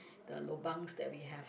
the lobangs that we have